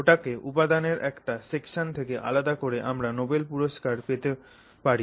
ওটাকে উপদানের একটা সেকসন থেকে আলাদা করে তোমরা নোবেল পুরস্কার পেতে পারো